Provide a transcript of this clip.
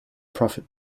profit